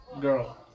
girl